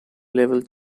level